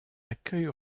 accueil